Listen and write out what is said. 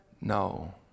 No